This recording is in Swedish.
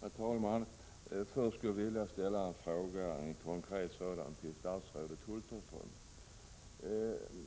Herr talman! Först vill jag ställa en fråga till statsrådet Hulterström.